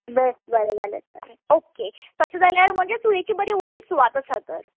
base बरें जालें तर ओके तशें जाल्यार मागीर चुलीची बरी व्हडली सुवात आसा तर